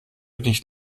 nicht